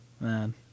man